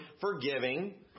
forgiving